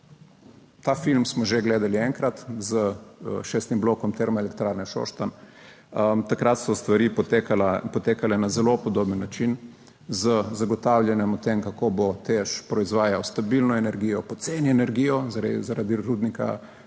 Ta film smo že gledali enkrat, s šestim blokom Termoelektrarne Šoštanj, takrat so stvari potekale na zelo podoben način, z zagotavljanjem o tem kako bo Teš proizvajal stabilno energijo, poceni energijo zaradi rudnika